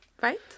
right